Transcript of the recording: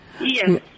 Yes